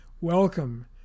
Welcome